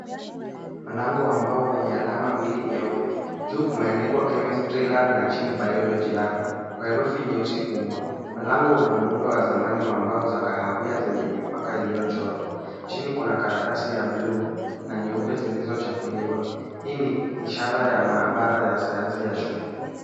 Mlango wa mbao wenye alama mbili nyeupe. Juu kumeandikwa Chemistry lab na chini Biology lab kwa herufi nyeusi kubwa. Mlango una muundo wa zamani wa mbao za kahawia zenye mipaka iliyochorwa. Chini kuna karatasi ya buluu na nyeupe zilizochaguliwa. Hii nu ishara ya maabara ya shule.